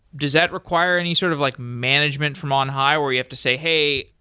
does that require any sort of like management from on high where you have to say, hey,